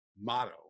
motto